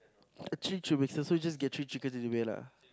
actually true makes sense so you just get three chickens anyway lah